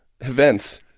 events